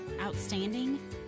Outstanding